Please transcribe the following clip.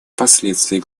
последствий